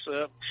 up